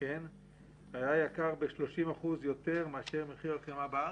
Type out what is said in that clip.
היה יקר ב-30% יותר מאשר מחיר החמאה בארץ?